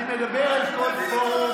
אני מדבר אל כל פורום,